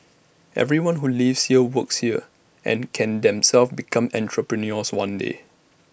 everyone who lives here works here and can themselves become entrepreneurs one day